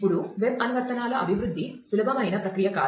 ఇప్పుడు వెబ్ అనువర్తనాల అభివృద్ధి సులభమైన ప్రక్రియ కాదు